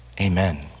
Amen